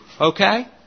Okay